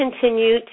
continue